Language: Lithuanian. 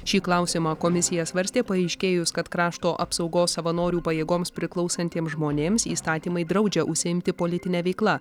šį klausimą komisija svarstė paaiškėjus kad krašto apsaugos savanorių pajėgoms priklausantiems žmonėms įstatymai draudžia užsiimti politine veikla